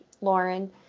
Lauren